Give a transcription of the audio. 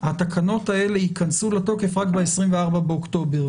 התקנות האלה ייכנסו לתוקף רק ב-24 באוקטובר.